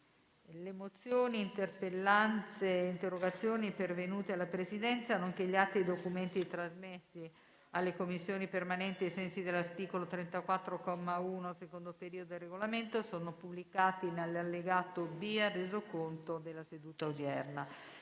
Le mozioni, le interpellanze e le interrogazioni pervenute alla Presidenza, nonché gli atti e i documenti trasmessi alle Commissioni permanenti ai sensi dell'articolo 34, comma 1, secondo periodo, del Regolamento sono pubblicati nell'allegato B al Resoconto della seduta odierna.